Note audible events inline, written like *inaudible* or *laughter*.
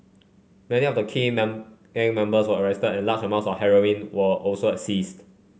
many of the key *unintelligible* gang members were arrested and large amounts of heroin were also seized